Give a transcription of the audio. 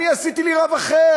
אני עשיתי לי רב אחר,